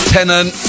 Tenant